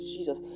Jesus